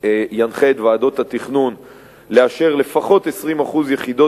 ינחה את ועדות התכנון לאשר לפחות 20% יחידות